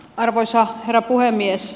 arvoisa herra puhemies